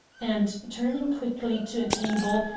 and, turning quickly to a table,